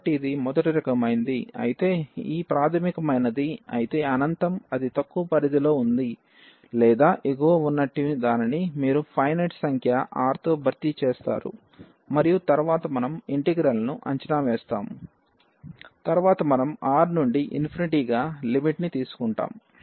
కాబట్టి ఇది మొదటి రకమైనది అయితే ఈ ప్రాథమికమైనది అయితే అనంతం అది తక్కువ పరిధిలో ఉందా లేదా ఎగువ ఉన్నట్టి దానిని మీరు ఫైనెట్ సంఖ్య R తో భర్తీ చేస్తారు మరియు తరువాత మనము ఇంటిగ్రల్ ను అంచనా వేస్తాము తరువాత మనము R నుండి ∞ గా లిమిట్ ని తీసుకుంటాము